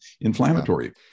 inflammatory